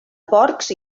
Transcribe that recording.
porcs